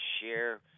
share